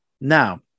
Now